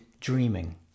dreaming